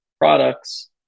products